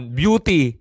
beauty